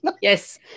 Yes